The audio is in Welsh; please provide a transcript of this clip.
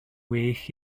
well